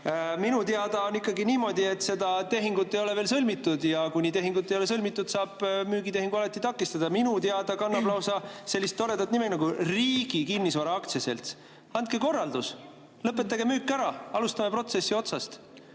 teada on ikkagi niimoodi, et seda tehingut ei ole veel sõlmitud. Kuni tehingut ei ole sõlmitud, saab müügitehingut alati takistada. Minu teada kannab [see asutus] lausa sellist toredat nime nagu Riigi Kinnisvara Aktsiaselts. Andke korraldus, lõpetage müük ära. Alustame protsessi otsast.